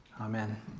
Amen